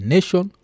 Nation